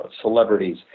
celebrities